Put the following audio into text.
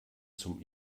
zum